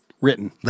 written